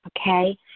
Okay